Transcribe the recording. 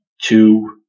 two